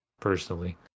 personally